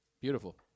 Beautiful